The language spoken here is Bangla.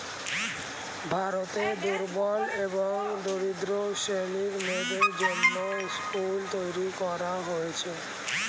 ভারতে দুর্বল এবং দরিদ্র শ্রেণীর মেয়েদের জন্যে স্কুল তৈরী করা হয়েছে